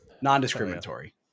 non-discriminatory